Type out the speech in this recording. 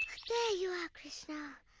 there you are, krishna.